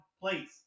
place